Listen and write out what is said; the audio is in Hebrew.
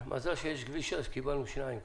מזל שיש כביש 6, קיבלנו שניים.